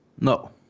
no